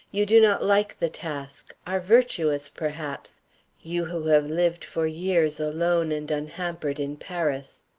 you do not like the task are virtuous, perhaps you who have lived for years alone and unhampered in paris.